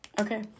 Okay